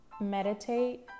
Meditate